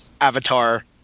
avatar